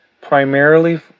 primarily